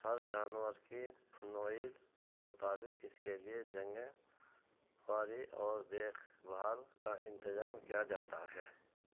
ہر جانور کی نوعیت کے مطابق اس کے لیے جگہیں خواری اور دیکھ بھال کا انتظام کیا جاتا ہے